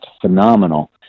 phenomenal